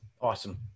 Awesome